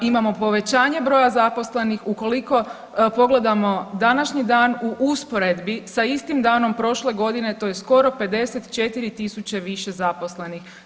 Imamo povećanje broja zaposlenih ukoliko pogledamo današnji dan u usporedbi sa istim danom prošle godine to je skoro 54.000 više zaposlenih.